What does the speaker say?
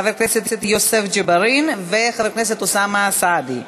חבר הכנסת יוסף ג'בארין וחבר הכנסת אוסאמה סעדי,